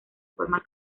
forma